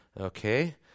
Okay